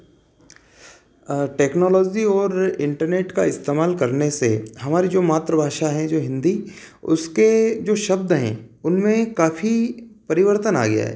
technology और internet का इस्तमाल करने से हमारी जो मातृभाषा है जो हिंदी उसके जो शब्द हैं उनमें काफ़ी परिवर्तन आई है